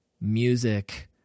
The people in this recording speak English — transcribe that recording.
music